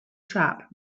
trap